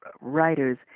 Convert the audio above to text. writers